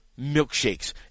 milkshakes